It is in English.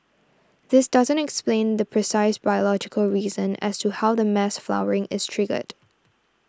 this doesn't explain the precise biological reason as to how the mass flowering is triggered